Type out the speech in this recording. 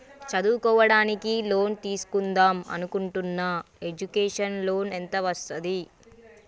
చదువుకోవడానికి లోన్ తీస్కుందాం అనుకుంటున్నా ఎడ్యుకేషన్ లోన్ ఎంత వస్తది?